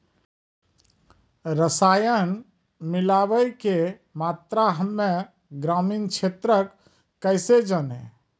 रसायन मिलाबै के मात्रा हम्मे ग्रामीण क्षेत्रक कैसे जानै?